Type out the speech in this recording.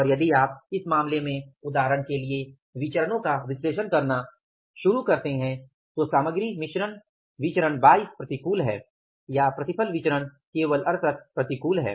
और यदि आप इस मामले में उदाहरण के लिए विचरणो का विश्लेषण करना शुरू करते हैं तो सामग्री मिश्रण विचरण 22 प्रतिकूल है या प्रतिफल विचरण केवल 68 प्रतिकूल है